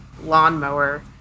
lawnmower